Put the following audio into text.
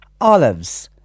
olives